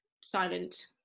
silent